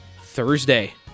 Thursday